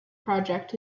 project